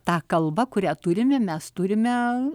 tą kalbą kurią turime mes turime